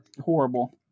Horrible